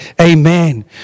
Amen